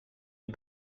est